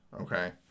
okay